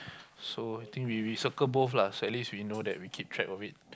so I think we we circle both lah so at least we know that we keep track of it